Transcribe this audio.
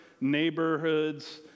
neighborhoods